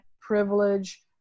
privilege